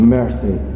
mercy